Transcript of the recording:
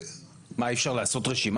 מה, אי אפשר לעשות רשימה?